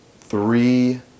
three